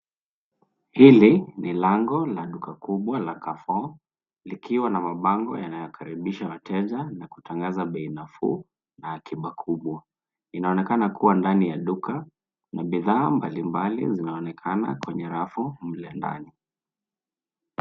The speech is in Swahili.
Hilo ni lango la duka kubwa la carrefour likiwa na mabango yanayokaribisha wateje na kutangaza bei nafuu na akiba kubwa. Inaonekana kuwa ndani ya duka, ni bidhaa mbalimbali zinaonekana kwenye rafu mle ndani.